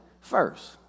first